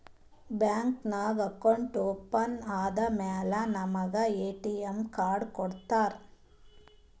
bank ನಾಗ್ account open ಆದಮ್ಯಾಲ ನಮುಗ ಎ.ಟಿ.ಎಮ್ ಕಾರ್ಡ್ ಕೊಡ್ತಾರ್